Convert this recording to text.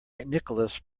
nicholas